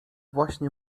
właśnie